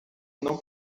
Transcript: não